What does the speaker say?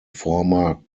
former